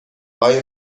های